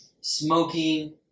smoking